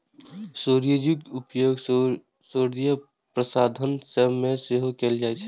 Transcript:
चिरौंजीक उपयोग सौंदर्य प्रसाधन मे सेहो कैल जाइ छै